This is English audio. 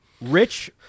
Rich